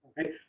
okay